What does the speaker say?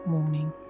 Morning